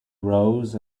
rose